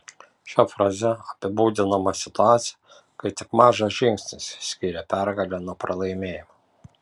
šia fraze apibūdinama situacija kai tik mažas žingsnis skiria pergalę nuo pralaimėjimo